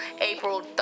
April